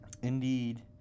Indeed